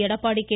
Edappadi K